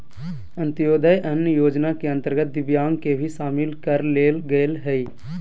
अंत्योदय अन्न योजना के अंतर्गत दिव्यांग के भी शामिल कर लेल गेलय हइ